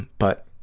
but,